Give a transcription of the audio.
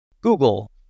Google